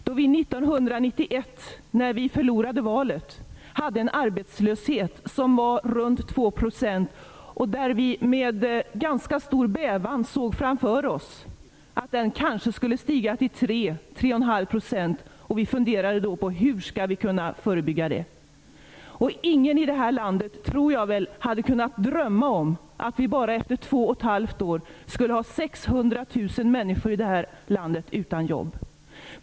1991, då vi förlorade valet, hade vi en arbetslöshet som var runt 2 %. Vi såg med ganska stor bävan framför oss att den kanske skulle stiga till 3--3,5 %, och vi funderade då på hur vi skulle kunna förebygga detta. Ingen i det här landet hade kunnat drömma om att vi bara efter två och ett halvt år skulle ha 600 000 människor utan jobb.